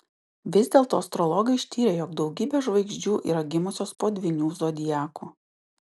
vis dėlto astrologai ištyrė jog daugybė žvaigždžių yra gimusios po dvyniu zodiaku